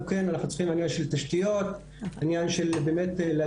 הרווחה צריכה את העניין של התשתיות ואת עניין ההגעה,